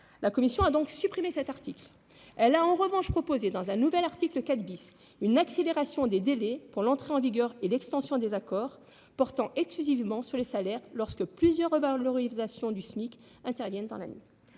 La commission a donc supprimé cet article. Elle a en revanche proposé, dans un nouvel article 4 , une accélération des délais pour l'entrée en vigueur et l'extension des accords portant exclusivement sur les salaires lorsque plusieurs revalorisations du SMIC interviennent dans l'année.